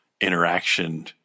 interaction